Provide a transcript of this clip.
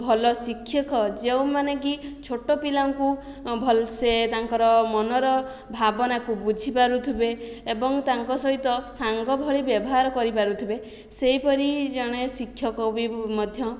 ଭଲ ଶିକ୍ଷକ ଯେଉଁମାନେ କି ଛୋଟ ପିଲାଙ୍କୁ ଭଲସେ ତାଙ୍କର ମନର ଭାବନାକୁ ବୁଝିପାରୁଥିବେ ଏବଂ ତାଙ୍କ ସହିତ ସାଙ୍ଗ ଭଳି ବ୍ୟବହାର କରିପାରୁଥିବେ ସେହିପରି ଜଣେ ଶିକ୍ଷକ ବି ମଧ୍ୟ